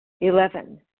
Eleven